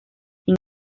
sin